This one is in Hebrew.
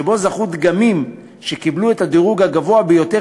שבו זכו דגמים שקיבלו את הדירוג הגבוה ביותר